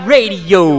Radio